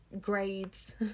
grades